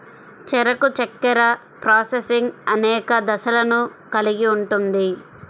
చెరకు చక్కెర ప్రాసెసింగ్ అనేక దశలను కలిగి ఉంటుంది